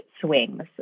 swings